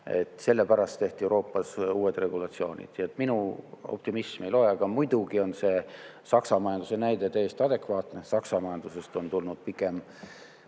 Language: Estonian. Sellepärast tehti Euroopas uued regulatsioonid. Nii et minu optimism ei loe. Aga muidugi on see Saksa majanduse näide täiesti adekvaatne. Saksa majandusest on tulnud pigem